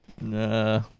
Nah